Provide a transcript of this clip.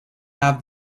have